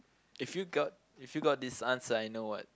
if you got if you got this answer I know what